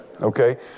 Okay